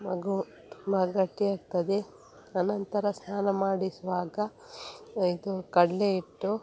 ಮಗು ತುಂಬ ಗಟ್ಟಿಯಾಗ್ತದೆ ಆ ನಂತರ ಸ್ನಾನ ಮಾಡಿಸುವಾಗ ಇದು ಕಡಲೆ ಹಿಟ್ಟು